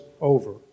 over